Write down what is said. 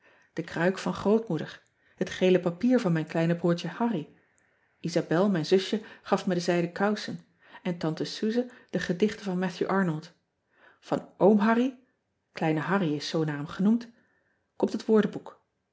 de kruik van rootmoeder het gele papier van mijn kleine broertje arry sabel mijn zusje gaf mij de zijde kousen en ante uze de gedichten van atthew rnold an om arry kleine arry is zoo naar hem genoemd komt het woordenboek